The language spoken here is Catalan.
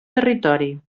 territori